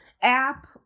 app